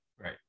Right